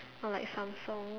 or like Samsung